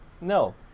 No